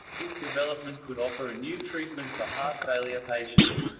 this development could offer a new treatment for heart failure patients.